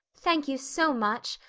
thank you so much.